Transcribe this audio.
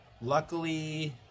Luckily